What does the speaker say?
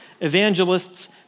evangelists